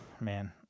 man